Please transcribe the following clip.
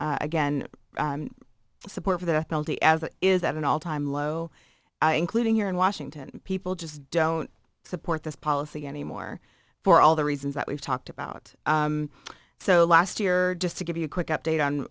again the support for the penalty as it is at an all time low including here in washington people just don't support this policy anymore for all the reasons that we've talked about so last year just to give you a quick update on